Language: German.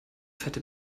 fette